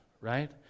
right